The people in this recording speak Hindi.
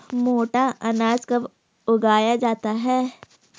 मोटा अनाज कब उगाया जाता है?